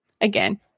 again